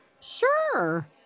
Sure